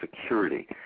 security